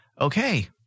okay